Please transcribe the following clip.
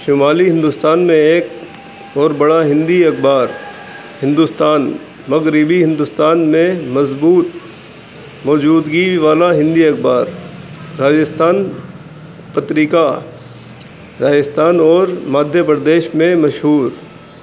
شمالی ہندوستان میں ایک اور بڑا ہندی اخبار ہندوستان مغربی ہندوستان میں مضبوط موجودگی والا ہندی اخبار راجستھان پتیکہ راجستھان اور مدھیہ پردیش میں مشہور